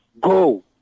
go